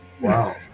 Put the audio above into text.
Wow